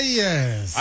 yes